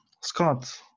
Scott